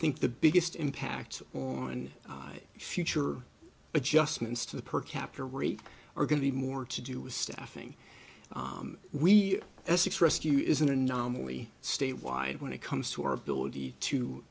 think the biggest impact on future adjustments to the per capita rate are going to be more to do with staffing we essex rescue is an anomaly statewide when it comes to our ability to